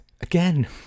Again